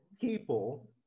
people